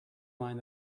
mind